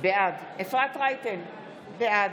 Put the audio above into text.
בעד אפרת רייטן מרום,